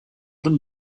them